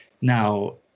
now